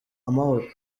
amahoro